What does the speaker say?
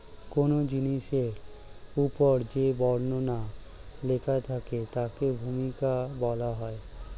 কোন জিনিসের উপর যে বর্ণনা লেখা থাকে তাকে ভূমিকা বলা হয়